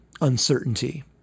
uncertainty